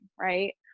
right